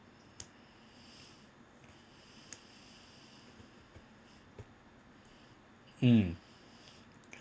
mm